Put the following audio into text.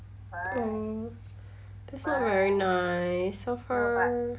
hmm that's not very nice of her